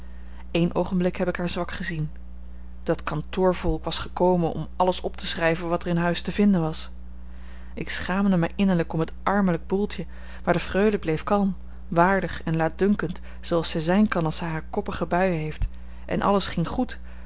eén oogenblik heb ik haar zwak gezien dat kantoorvolk was gekomen om alles op te schrijven wat er in huis te vinden was ik schaamde mij innerlijk om het armelijk boeltje maar de freule bleef kalm waardig en laatdunkend zooals zij zijn kan als zij hare koppige buien heeft en alles ging goed